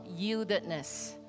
yieldedness